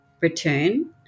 return